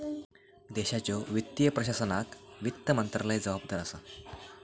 देशाच्यो वित्तीय प्रशासनाक वित्त मंत्रालय जबाबदार असा